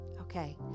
Okay